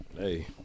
Hey